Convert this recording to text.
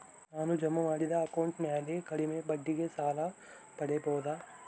ನಾನು ಜಮಾ ಮಾಡಿದ ಅಕೌಂಟ್ ಮ್ಯಾಲೆ ಕಡಿಮೆ ಬಡ್ಡಿಗೆ ಸಾಲ ಪಡೇಬೋದಾ?